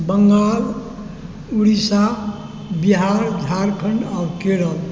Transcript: बङ्गाल उड़ीसा बिहार झारखण्ड आओर केरल